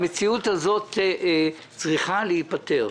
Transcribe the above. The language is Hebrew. המציאות הזאת צריכה להיפתר,